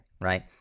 Right